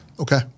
Okay